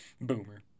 Boomer